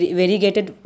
variegated